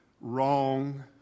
wrong